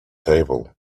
table